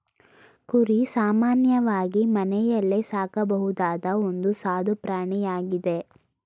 ಕುರಿ ಸಾಮಾನ್ಯವಾಗಿ ಮನೆಯಲ್ಲೇ ಸಾಕಬಹುದಾದ ಒಂದು ಸಾದು ಪ್ರಾಣಿಯಾಗಿದೆ